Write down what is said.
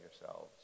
yourselves